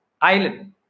island